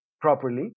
properly